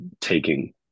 taking